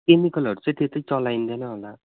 केमिकलहरू चाहिँ त्यति चलाइँदैन होला